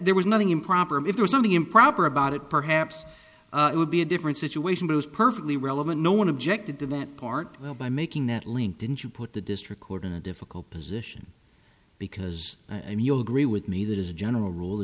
there was nothing improper if there's something improper about it perhaps it would be a different situation but is perfectly relevant no one objected to that part by making that link didn't you put the district court in a difficult position because you'll agree with me that as a general rule the